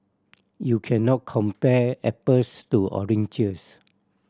you cannot compare apples to oranges